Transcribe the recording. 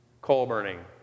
Coal-burning